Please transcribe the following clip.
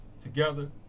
together